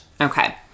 Okay